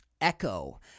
echo